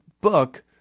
book